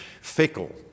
fickle